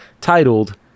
titled